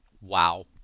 Wow